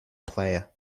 player